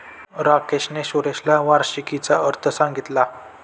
राकेशने सुरेशला वार्षिकीचा अर्थ सांगितला